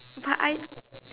but I